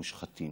מושחתים: